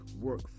work